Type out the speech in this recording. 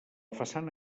façana